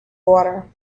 water